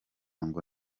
ngo